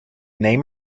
name